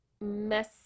mess